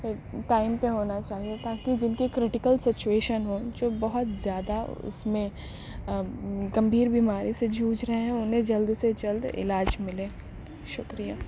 time پہ ہونا چاہیے تاکہ جن کی کریٹکل سچوویشن ہوں وہ بہت زیادہ اس میں گمبھیر بیماری سے جوجھ رہے ہوں انہیں جلد سے جلد علاج ملے شکریہ